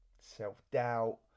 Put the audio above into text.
self-doubt